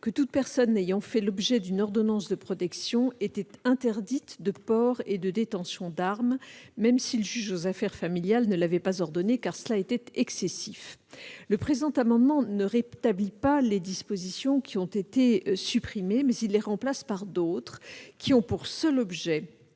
que toute personne ayant fait l'objet d'une ordonnance de protection était interdite de port et de détention d'armes, même si le juge aux affaires familiales ne l'avait pas ordonné, car cela était excessif. Cet amendement vise non pas à rétablir les dispositions supprimées, mais à les remplacer par d'autres prévoyant